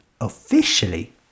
officially